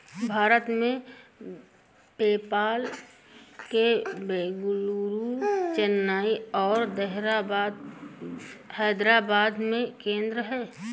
भारत में, पेपाल के बेंगलुरु, चेन्नई और हैदराबाद में केंद्र हैं